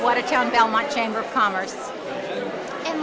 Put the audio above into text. what a countdown my chamber of commerce a